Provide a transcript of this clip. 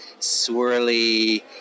swirly